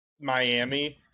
Miami